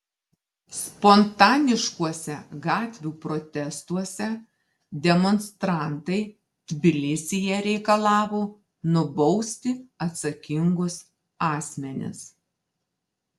spontaniškuose gatvių protestuose demonstrantai tbilisyje reikalavo nubausti atsakingus asmenis